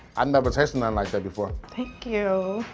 um never tasted nothing like that before. thank you.